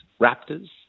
Raptors